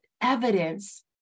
evidence